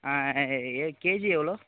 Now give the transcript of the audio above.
KG எவ்வளோ